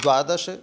द्वादश